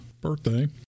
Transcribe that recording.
birthday